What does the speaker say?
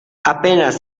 apenas